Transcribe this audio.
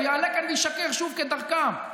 הוא יעלה כאן וישקר שוב, כדרכם.